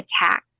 attack